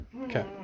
Okay